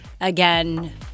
again